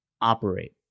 operate